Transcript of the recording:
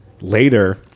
later